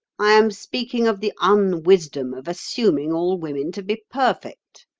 i am speaking of the unwisdom of assuming all women to be perfect.